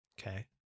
Okay